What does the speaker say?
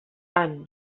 van